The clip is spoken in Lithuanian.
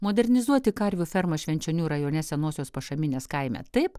modernizuoti karvių fermą švenčionių rajone senosios pašaminės kaime taip